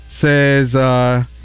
says